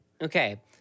Okay